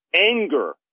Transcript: anger